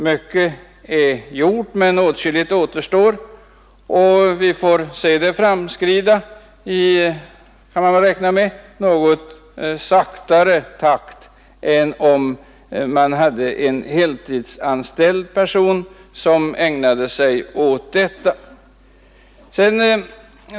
Mycket är gjort men åtskilligt återstår, och vi får se det framskrida i möjligen något långsammare takt än om man hade en heltidsanställd person som ägnade sig åt det.